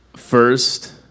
first